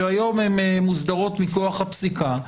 שהיום הן מוסדרות מכוח הפסיקה,